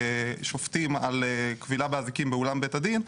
שופטים על כבילה באזיקים באולם בית הדין,